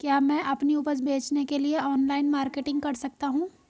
क्या मैं अपनी उपज बेचने के लिए ऑनलाइन मार्केटिंग कर सकता हूँ?